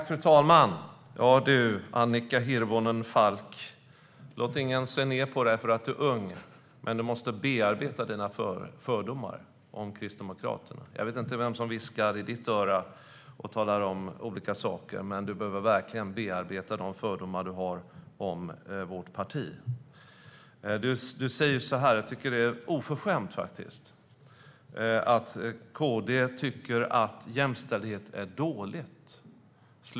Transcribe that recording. Fru talman! Ja du, Annika Hirvonen Falk, låt ingen se ned på dig för att du är ung, men du måste bearbeta dina fördomar om Kristdemokraterna! Jag vet inte vem som viskar i ditt öra, men du behöver verkligen bearbeta de fördomar du har om vårt parti. Du sa något som jag tycker är oförskämt, faktiskt, nämligen att KD tycker att jämställdhet är dåligt.